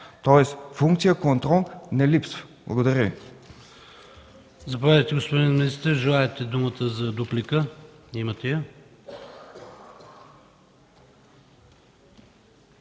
Тоест функция контрол не липсва. Благодаря Ви.